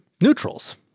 neutrals